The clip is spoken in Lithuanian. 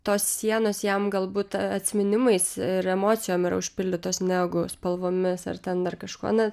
tos sienos jam galbūt atsiminimais ir emocijom yra užpildytos negu spalvomis ar ten dar kažkuo na